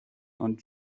und